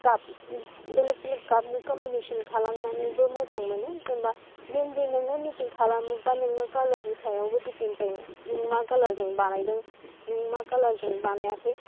गाब बेलेग बेलेग गाबनि कमिउनिसन खालामनानैबो मोजां मोनो जेनबा मेनलि नोङो रेथिं खालामोबा नोङो कालारनि सायावबो डिपेन्ट जायो नों मा कालारजों बानायदों नों मा कालारजों बानायाखै